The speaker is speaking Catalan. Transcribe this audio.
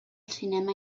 cinema